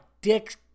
dicks